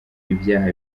ibyaha